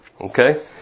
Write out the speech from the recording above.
Okay